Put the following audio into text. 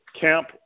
camp